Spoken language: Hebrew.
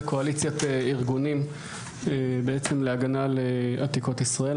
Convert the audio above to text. זה קואליציית ארגונים להגנה על עתיקות ישראל.